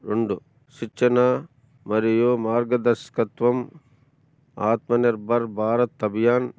రెండు శిక్షణ మరియు మార్గదర్శకత్వం ఆత్మనిర్భర్ భారత్ అభియాన్